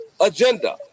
agenda